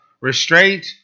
restraint